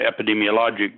epidemiologic